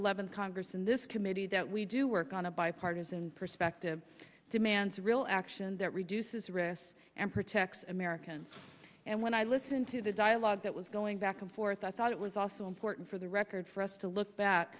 eleven congress and this committee that we do work on a bipartisan perspective demands real action that reduces risk and protects american and when i listen to the dialogue that was going back and forth i thought it was also important for the record for us to look back